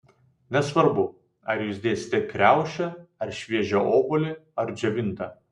nesvarbu ar jūs dėsite kriaušę ar šviežią obuolį ar džiovintą